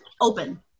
open